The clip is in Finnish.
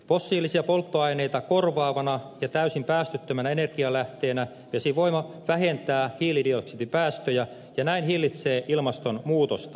fossiilisia polttoaineita korvaavana ja täysin päästöttömänä energialähteenä vesivoima vähentää hiilidioksidipäästöjä ja näin hillitsee ilmastonmuutosta